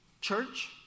church